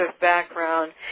background